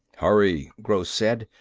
hurry, gross said.